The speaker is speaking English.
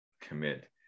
commit